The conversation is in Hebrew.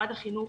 משרד החינוך